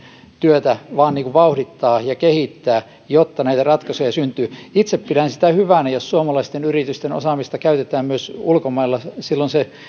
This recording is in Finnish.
työtä vain vauhdittaa ja kehittää jotta näitä ratkaisuja syntyy itse pidän sitä hyvänä jos suomalaisten yritysten osaamista käytetään myös ulkomailla silloin se